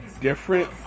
different